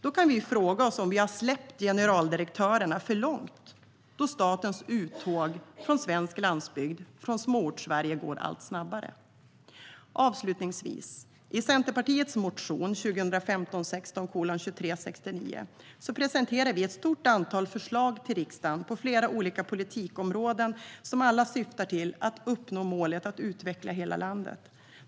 Då kan vi fråga oss om vi har släppt generaldirektörerna för långt då statens uttåg från svensk landsbygd, från Småortssverige går allt snabbare. Avslutningsvis: I Centerpartiets motion 2015/16:2369 presenterar vi ett stort antal förslag till riksdagen på flera olika politikområden som alla syftar till att uppnå målet att utveckla hela landet.